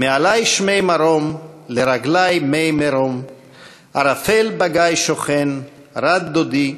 "מעלי שמי מרום / לרגלי מי מרום / ערפל בגיא שוכן / רד דודי